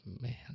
man